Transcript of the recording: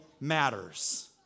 matters